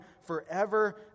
forever